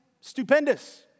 stupendous